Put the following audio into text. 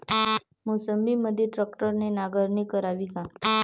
मोसंबीमंदी ट्रॅक्टरने नांगरणी करावी का?